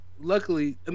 luckily